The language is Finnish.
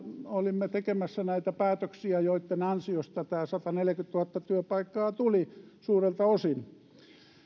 olimme tekemässä näitä päätöksiä joitten ansiosta tämä sataneljäkymmentätuhatta työpaikkaa tuli suurelta osin